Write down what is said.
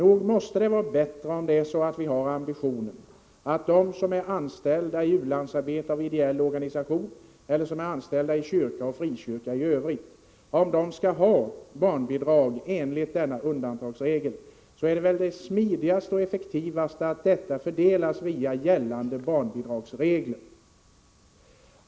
Om vi har ambitionen att ge dem som är anställda i u-landsarbete i ideell organisation eller i kyrka och frikyrka i övrigt barnbidrag enligt denna undantagsregel, är det väl smidigast och effektivast att detta fördelas enligt gällande barnbidragsregler.